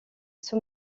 sous